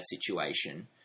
situation